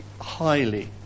highly